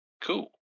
cool